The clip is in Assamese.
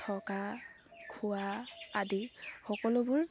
থকা খোৱা আদি সকলোবোৰ